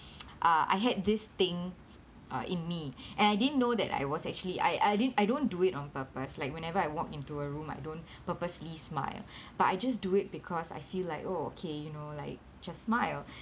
uh I had this thing uh in me and I didn't know that I was actually I I didn't I don't do it on purpose like whenever I walk into a room I don't purposely smile but I just do it because I feel like oh okay you know like just smile